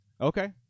Okay